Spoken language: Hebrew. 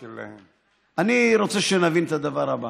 אני רוצה שנבין את הדבר הזה,